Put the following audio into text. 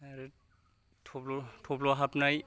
आरो थब्ल' थब्लहाबनाय